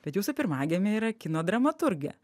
bet jūsų pirmagimė yra kino dramaturgė